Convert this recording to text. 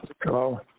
Hello